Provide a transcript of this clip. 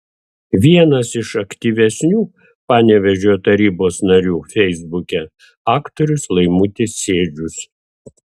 vienas iš aktyvesnių panevėžio tarybos narių feisbuke aktorius laimutis sėdžius